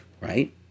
right